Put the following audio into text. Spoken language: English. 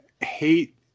hate